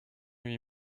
huit